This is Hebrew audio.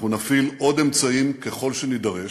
אנחנו נפעיל עוד אמצעים, ככל שנידרש,